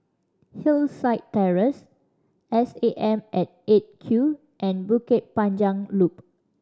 Hillside Terrace S A M at Eight Q and Bukit Panjang Loop